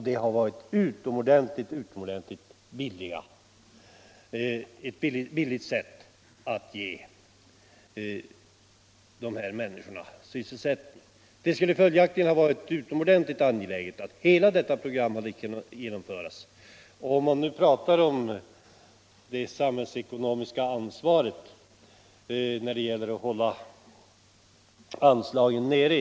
Det har varit ett billigt sätt att ge dessa människor sysselsättning. Det hade följaktligen varit utomordentligt angeläget att få genomföra hela detta program. Det har talats om ett samhällsekonomiskt ansvar när det gäller att hålla anslagen nere.